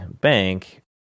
bank